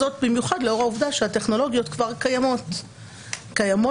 זאת במיוחד לאור העובדה שהטכנולוגיות כבר קיימות וידועות.